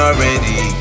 already